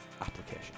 application